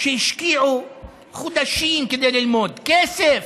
שהשקיעו חודשים כדי ללמוד, כסף,